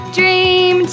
dream